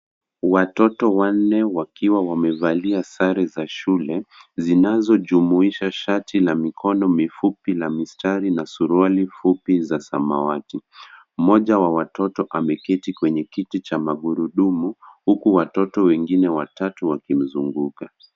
Watoto wanne wakiwa wamevalia sare za shule zinazojumuisha shati la mikono mifupi za mistari na suruali fupi za samawati. Mmoja wa watoto ameketi kwenye viti vya magurudumu huku watoto wengine watatu wakimzunguka.